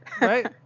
Right